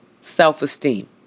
self-esteem